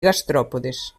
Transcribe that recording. gastròpodes